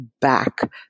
back